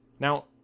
Now